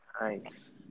nice